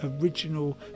original